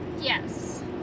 Yes